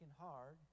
hard